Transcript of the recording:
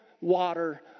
water